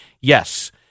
Yes